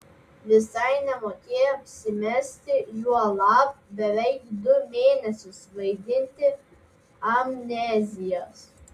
visai nemokėjo apsimesti juolab beveik du mėnesius vaidinti amnezijos